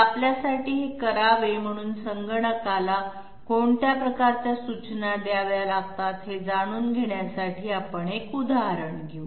तर आपल्यासाठी हे करावे म्हणून संगणकाला कोणत्या प्रकारच्या सूचना द्याव्या लागतात हे जाणून घेण्यासाठी आपण एक उदाहरण घेऊ